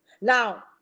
Now